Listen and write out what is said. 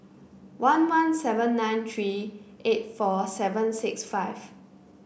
one one seven nine three eight four seven six five